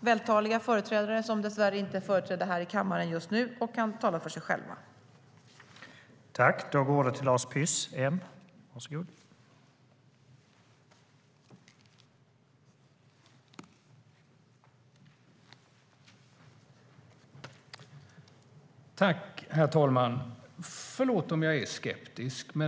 vältaliga företrädare, dessvärre inte företrädda i kammaren just nu, som kan tala för sig själva.